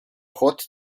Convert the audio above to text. hot